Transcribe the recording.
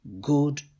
good